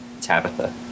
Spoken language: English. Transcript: Tabitha